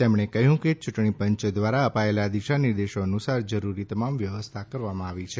તેમણે કહ્યું કે ચુંટણી પંચ ધ્વારા અપાયેલા દિશા નિર્દેશો અનુસાર જરૂરી તમામ વ્યવસ્થા કરવામાં આવી છે